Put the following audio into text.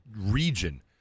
region